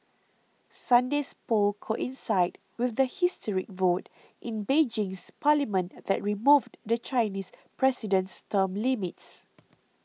Sunday's polls coincided with the historic vote in Beijing's parliament that removed the Chinese president's term limits